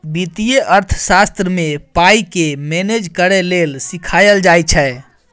बित्तीय अर्थशास्त्र मे पाइ केँ मेनेज करय लेल सीखाएल जाइ छै